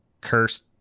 cursed